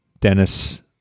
Dennis